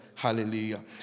Hallelujah